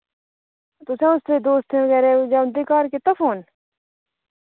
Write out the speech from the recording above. तुसें उसदे दोस्तें बगैरा गी जां उं'दे घर कीता फोन